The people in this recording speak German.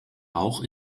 auch